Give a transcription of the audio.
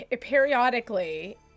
Periodically